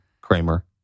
Kramer